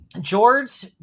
George